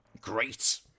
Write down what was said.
Great